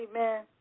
Amen